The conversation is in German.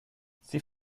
sie